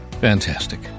Fantastic